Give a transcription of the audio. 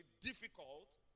difficult